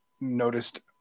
noticed